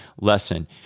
lesson